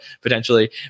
potentially